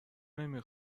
نمی